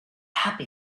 happy